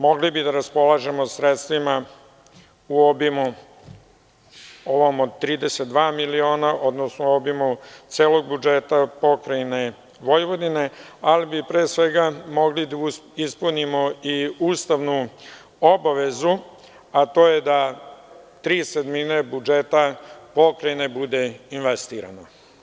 Mogli bi da raspolažemo sredstvima u obimu od 32 miliona, odnosno u obimu celog budžeta pokrajine Vojvodine, ali bi pre svega mogli da ispunimo i ustavnu obavezu, a to je da tri sedmine budžeta pokrajine bude investirano.